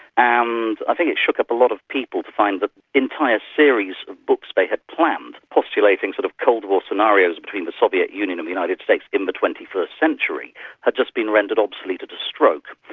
and i think it shook up a lot of people to find the entire series of books they had planned, postulating sort of cold war scenarios between the soviet union and the united states in the twenty first century had just been rendered obsolete at a stroke.